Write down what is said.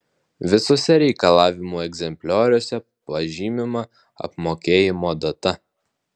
visuose reikalavimų egzemplioriuose pažymima apmokėjimo data